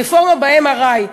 הרפורמה ב-MRI,